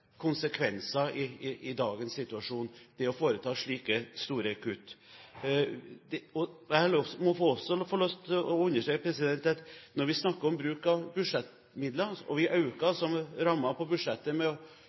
konsekvenser i dagens situasjon å foreta slike store kutt. Jeg har også lyst til å understreke at når vi snakker om bruk av budsjettmidler, og at vi øker budsjettrammen med